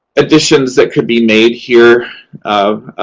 additions that could be made here of